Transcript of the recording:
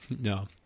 No